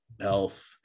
health